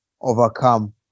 overcome